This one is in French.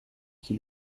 qui